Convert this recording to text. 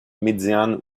médiane